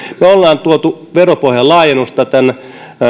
me olemme tuoneet veropohjan laajennusta tämän